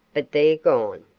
but they're gone.